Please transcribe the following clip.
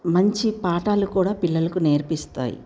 మంచి పాఠాలు కూడా పిల్లలకు నేర్పిస్తాయి